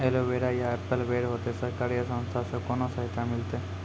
Aloe vera या apple बैर होते? सरकार या संस्था से कोनो सहायता मिलते?